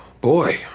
Boy